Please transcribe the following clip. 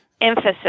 emphasis